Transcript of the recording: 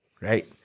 right